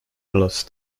lost